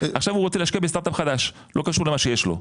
עכשיו הוא רוצה להשקיע בסטארט אפ חדש לא קשור למה שיש לו.